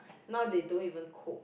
now they don't even cook